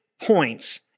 points